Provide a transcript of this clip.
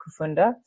Kufunda